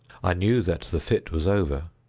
i knew that the fit was over.